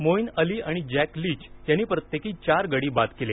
Moin Ali आणि Jack Leach यांनी प्रत्येकी चार गडी बाद केले